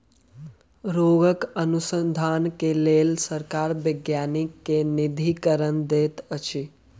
रोगक अनुसन्धान के लेल सरकार वैज्ञानिक के निधिकरण दैत अछि